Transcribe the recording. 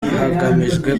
hagamijwe